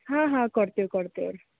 ಹಾಂ ಹಾಂ ಕೊಡ್ತೀವಿ ಕೊಡ್ತೀವಿ ರೀ